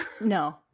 No